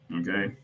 okay